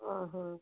ಹಾಂ ಹಾಂ